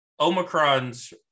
Omicrons